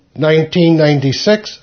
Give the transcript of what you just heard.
1996